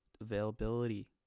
availability